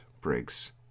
Briggs